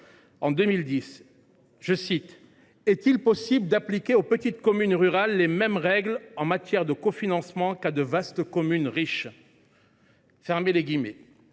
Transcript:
déjà :« Est il possible d’appliquer aux petites communes rurales les mêmes règles en matière de cofinancement qu’à de vastes communes riches ?»